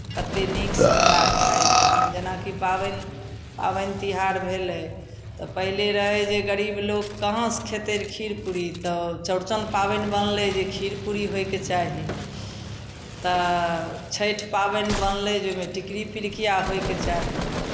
कतेक नीकसँ बना कऽ खाइ छथिन जेनाकि पाबनि पाबनि तिहार भेलै तऽ पहिले रहै जे गरीब लोक कहाँसँ खेतै खीर पूरी तऽ चौरचन पाबनि बनलै जे खीर पूरी होयके चाही तऽ छठि पाबनि बनलै जाहिमे टिकड़ी पिरुकिया होयके चाही